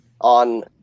on